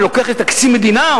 אני לוקח מתקציב מדינה,